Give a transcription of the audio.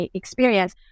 experience